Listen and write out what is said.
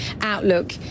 outlook